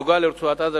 בעניין רצועת-עזה,